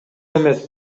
эмес